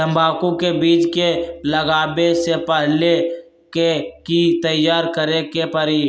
तंबाकू के बीज के लगाबे से पहिले के की तैयारी करे के परी?